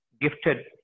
gifted